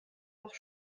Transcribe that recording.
auch